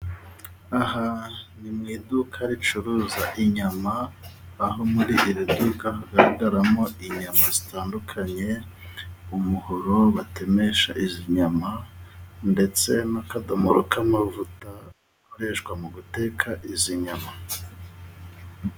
Aha ni mu iduka ricuruza inyama, aho muri iri duka hagaragaramo inyama zitandukanye. Umuhoro batemesha izi nyama ndetse n'akadomoro k'amavuta akoreshwa mu guteka izi nyama.